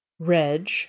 Reg